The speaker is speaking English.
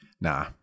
Nah